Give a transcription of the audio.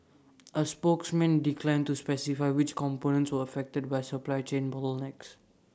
A spokesman declined to specify which components were affected by supply chain bottlenecks